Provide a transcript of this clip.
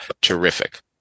terrific